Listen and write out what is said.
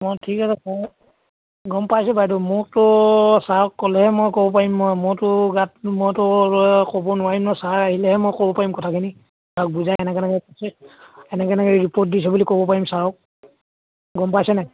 অঁ ঠিক আছে ছাৰ গম পাইছোঁ বাইদেউ মোকতো ছাৰক ক'লেহে মই ক'ব পাৰিম মই মইতো গাত মইতো ক'ব নোৱাৰিম নহয় ছাৰ আহিলেহে মই ক'ব পাৰিম কথাখিনি ছাৰক বুজাই এনেকৈ এনেকৈ কৈছে এনেকৈ এনেকৈ ৰিপৰ্ট দিছে বুলি ক'ব পাৰিম ছাৰক গম পাইছেনে